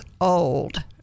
old